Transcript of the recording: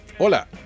Hola